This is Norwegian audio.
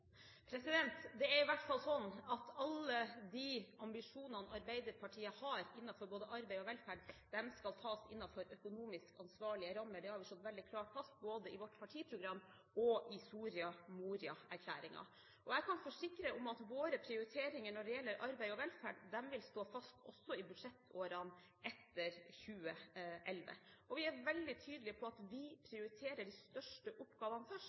Det er i hvert fall sånn at alle de ambisjonene Arbeiderpartiet har innen både arbeid og velferd, skal tas innenfor økonomisk ansvarlige rammer. Det har vi slått veldig klart fast, både i vårt partiprogram og i Soria Moria-erklæringen. Jeg kan forsikre at våre prioriteringer når det gjelder arbeid og velferd, vil stå fast også i budsjettårene etter 2011. Vi er veldig tydelige på at vi prioriterer de største oppgavene først